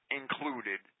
included